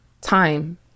Time